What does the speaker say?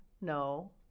no